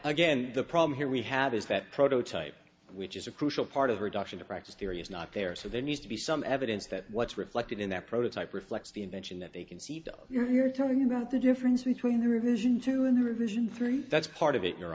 again the problem here we have is that prototype which is a crucial part of her adoption to practice theory is not there so there needs to be some evidence that what's reflected in that prototype reflects the invention that they conceived of you're talking about the difference between the revision to an revision three that's part of it your